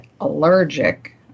allergic